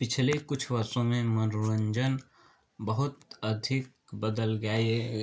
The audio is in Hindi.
पिछले कुछ वर्षों में मनोरंजन बहुत अधिक बदल गया ये